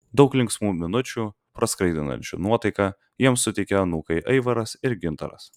daug linksmų minučių praskaidrinančių nuotaiką jiems suteikia anūkai aivaras ir gintaras